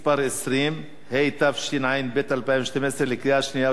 20), התשע"ב 2012, קריאה שנייה ושלישית.